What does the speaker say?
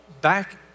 back